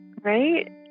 Right